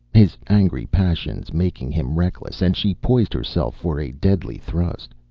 his angry passion making him reckless, and she poised herself for a deadly thrust.